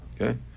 Okay